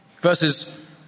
Verses